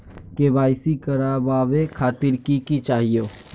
KYC करवावे खातीर कि कि चाहियो?